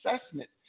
assessment